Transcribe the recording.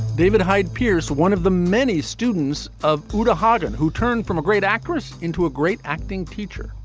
david hyde pierce one of the many students of uta hagen who turned from a great actress into a great acting teacher.